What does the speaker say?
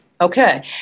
Okay